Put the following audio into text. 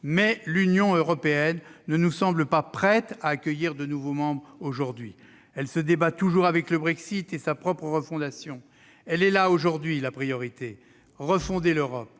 Mais l'Union européenne ne nous semble pas prête à accueillir de nouveaux membres ! Non, ça suffit ! Elle se débat toujours avec le Brexit et avec sa propre refondation. Là est, aujourd'hui, la priorité : refonder l'Europe